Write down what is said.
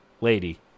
lady